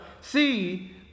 see